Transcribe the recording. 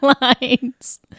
lines